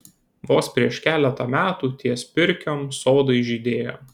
vos prieš keletą metų ties pirkiom sodai žydėjo